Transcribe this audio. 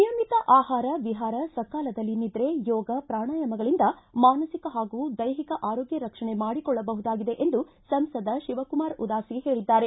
ನಿಯಮಿತ ಆಹಾರ ವಿಹಾರ ಸಕಾಲದಲ್ಲಿ ನಿದ್ರೆ ಯೋಗ ಪ್ರಾಣಾಯಾಮಗಳಿಂದ ಮಾನಸಿಕ ಹಾಗೂ ದೈಹಿಕ ಆರೋಗ್ಯ ರಕ್ಷಣೆ ಮಾಡಿಕೊಳ್ಳಬಹುದಾಗಿದೆ ಎಂದು ಸಂಸದ ಶಿವಕುಮಾರ ಉದಾಸಿ ಹೇಳಿದ್ದಾರೆ